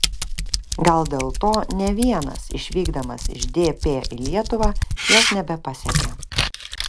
gal dėl to ne vienas išvykdamas iš dp į lietuvą jos nebepasiekė